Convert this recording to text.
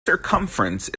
circumference